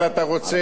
אבל אתה רוצה,